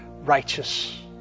righteous